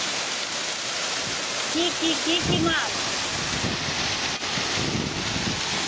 কী কী কী কী মাল